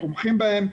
תומכים בהם,